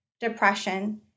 depression